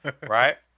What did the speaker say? right